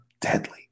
deadly